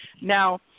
Now